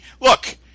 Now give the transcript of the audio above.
look